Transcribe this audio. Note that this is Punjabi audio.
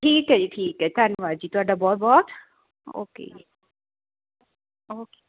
ਠੀਕ ਹੈ ਜੀ ਠੀਕ ਹੈ ਧੰਨਵਾਦ ਜੀ ਤੁਹਾਡਾ ਬਹੁਤ ਬਹੁਤ ਓਕੇ ਜੀ ਓਕੇ